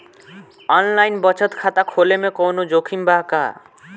Online बचत खाता खोले में कवनो जोखिम बा का?